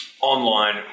online